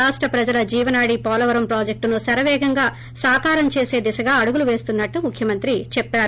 రాష్ట ప్రజల జీవనాడి పోలవరం ప్రాజెక్షును శరవేగంగా సాకారం చేస దిశగా అడుగులు వేస్తున్నట్లు ముఖ్యమంత్రి చెప్పారు